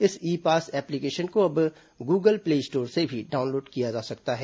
इस e pass application को अब गूगल प्ले स्टोर से भी डाउनलोड किया जा सकता है